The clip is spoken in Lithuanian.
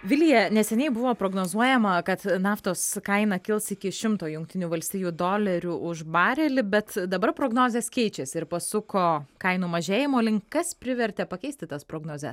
vilija neseniai buvo prognozuojama kad naftos kaina kils iki šimto jungtinių valstijų dolerių už barelį bet dabar prognozės keičiasi ir pasuko kainų mažėjimo link kas privertė pakeisti tas prognozes